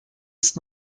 ist